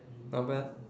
not bad